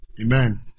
Amen